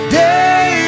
day